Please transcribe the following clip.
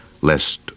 lest